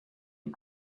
and